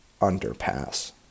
underpass